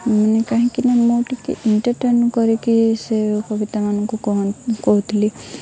ମାନେ କାହିଁକିନା ମୁଁ ଟିକେ ଏଣ୍ଟର୍ଟେର୍ମେଣ୍ଟ୍ କରିକି ସେ କବିତାମାନଙ୍କୁ କହୁଥିଲି